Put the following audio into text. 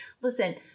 Listen